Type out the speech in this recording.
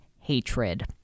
hatred